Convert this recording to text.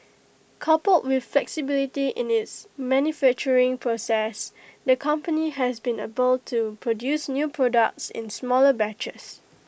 coupled with flexibility in its manufacturing process the company has been able to produce new products in smaller batches